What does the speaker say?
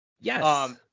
Yes